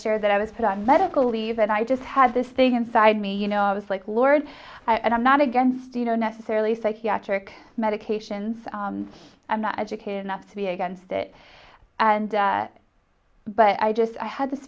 share that i was put on medical leave and i just had this thing inside me you know i was like lord i'm not against you know necessarily psychiatric medications i'm not educated enough to be against it and but i just i had this